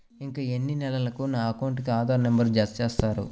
ఇంకా ఎన్ని నెలలక నా అకౌంట్కు ఆధార్ నంబర్ను జత చేస్తారు?